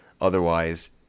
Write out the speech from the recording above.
Otherwise